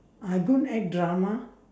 I go and act drama